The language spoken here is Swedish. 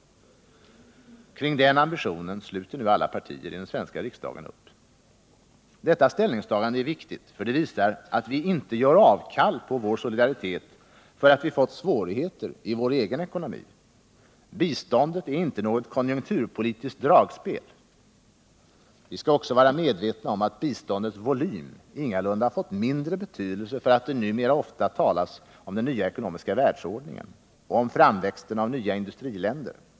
Kring den ambitionen sluter nu alla partier i den svenska riksdagen upp. Detta ställningstagande är viktigt, för det visar att vi inte gör avkall på vår solidaritet för att vi fått svårigheter i vår egen ekonomi. Biståndet är inte något konjunkturpolitiskt dragspel. Vi skall också vara medvetna om att biståndets volym ingalunda fått mindre betydelse för att det numera ofta talas om den nya ekonomiska världsordningen och om framväxten av nya industriländer.